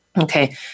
Okay